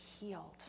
healed